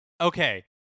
Okay